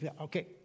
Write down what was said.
okay